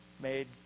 made